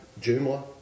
Joomla